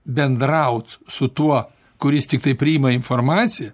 bendraut su tuo kuris tiktai priima informaciją